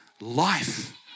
life